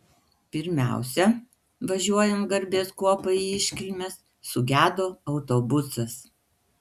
pirmiausia važiuojant garbės kuopai į iškilmes sugedo autobusas